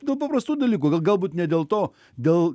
dėl paprastų dalykų galbūt ne dėl to dėl